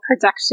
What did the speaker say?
production